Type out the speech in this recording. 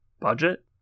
budget